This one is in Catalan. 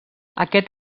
aquest